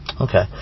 Okay